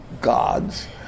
gods